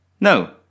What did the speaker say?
No